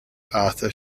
arthur